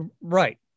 Right